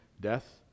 death